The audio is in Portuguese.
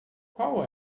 qual